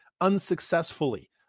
unsuccessfully